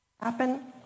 happen